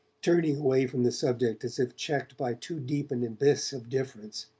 turning away from the subject as if checked by too deep an abyss of difference.